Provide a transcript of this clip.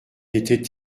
était